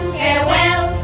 farewell